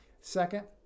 Second